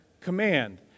command